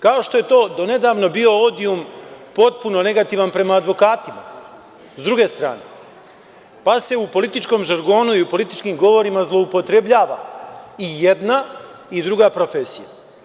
kao što je to do nedavno bio odijum potpuno negativan prema advokatima, s druge strane, pa se u političkom žargonu i u političkim govorima zloupotrebljava i jedna i druga profesija.